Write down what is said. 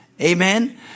Amen